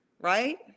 right